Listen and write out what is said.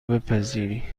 بپذیری